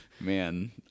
man